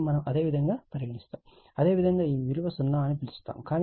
ఇవి మనం అదేవిధంగా పరిగణిస్తాము అదేవిధంగా ఈ విలువ 0 అని పిలుస్తాము